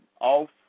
off